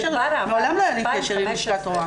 מעולם לא היה לי קשר עם לשכת רוה"מ.